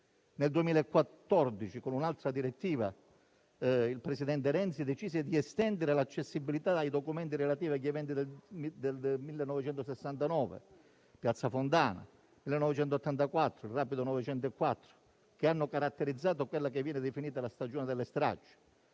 nel 2014, con un'altra direttiva, il presidente Renzi decise di estendere l'accessibilità ai documenti relativi agli eventi del 1969 (Piazza Fontana), del 1984 (rapido 904), che hanno caratterizzato quella che viene definita la stagione delle stragi;